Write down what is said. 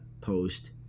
post